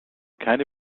keine